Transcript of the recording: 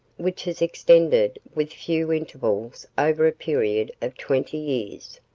which has extended, with few intervals, over a period of twenty years.